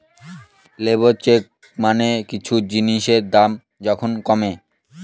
labour চেক মানে কিছু জিনিসের দাম যখন কমে